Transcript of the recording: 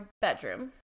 bedroom